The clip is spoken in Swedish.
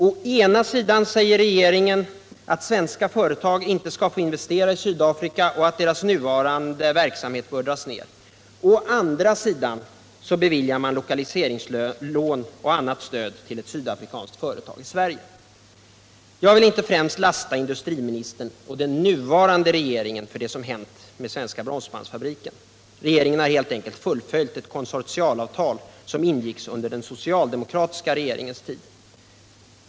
Å ena sidan säger regeringen att svenska företag inte skall få investera i Sydafrika och att deras nuvarande verksamhet bör dras ned. Å andra sidan beviljar man lokaliseringslån och annat stöd till ett sydafrikanskt företag i Sverige. Jag vill inte främst lasta industriministern och den nuvarande regeringen för det som hänt när det gäller Svenska Bromsbandsfabriken. Regeringen har helt enkelt fullföljt ett konsortialavtal som ingicks under den socialdemokratiska regeringens tid.